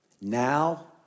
Now